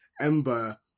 Ember